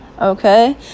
Okay